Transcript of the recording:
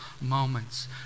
moments